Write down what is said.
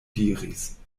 diris